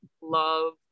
love